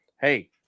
hey